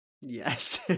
yes